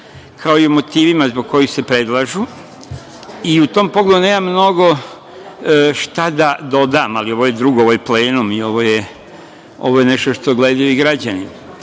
kao i o motivima zbog kojih se predlažu i u tom pogledu nemam mnogo šta da dodam, ali ovo je drugo. Ovo je plenum i ovo je nešto što gledaju i građani. Dakle,